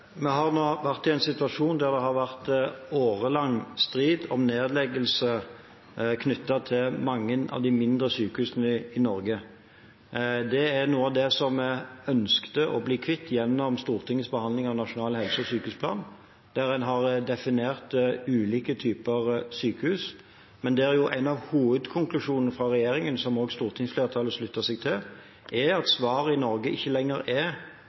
Vi har nå vært i en situasjon der det har vært årelang strid om nedleggelse knyttet til mange av de mindre sykehusene i Norge. Det er noe av det som en ønsket å bli kvitt gjennom Stortingets behandling av Nasjonal helse- og sykehusplan, der en har definert ulike typer sykehus. Men en av hovedkonklusjonene fra regjeringen, som også stortingsflertallet sluttet seg til, er at svaret i Norge ikke lenger er